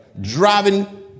Driving